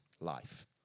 life